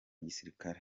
gisirikare